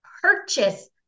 purchase